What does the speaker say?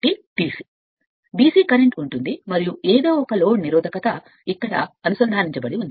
ప్రస్తుతము DC అవుతుంది మరియు అది మొత్తం లోడ్ నిరోధకత ఇక్కడ అనుసంధానించబడి ఉంటుంది